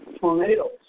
tornadoes